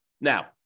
Now